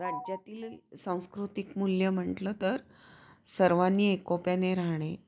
राज्यातील सांस्कृतिक मूल्य म्हटलं तर सर्वांनी एकोप्याने राहणे